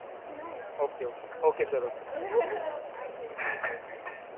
okay okay okay sir okay